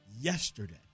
yesterday